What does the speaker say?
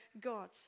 God